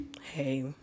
hey